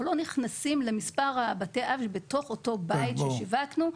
אנחנו לא נכנסים למספר בתי האב אם זה באותו בית ששיווקנו.